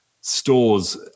stores